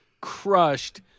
crushed